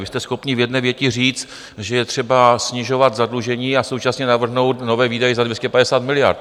Vy jste schopni v jedné větě říct, že je třeba snižovat zadlužení, a současně navrhnout nové výdaje za 250 miliard.